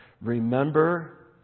Remember